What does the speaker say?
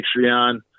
Patreon